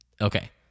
Okay